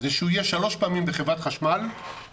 זה שהוא יהיה שלוש פעמים בשבוע בחברת חשמל למשך